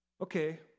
Okay